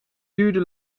duurde